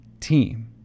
team